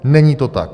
Není to tak.